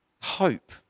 Hope